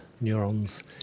neurons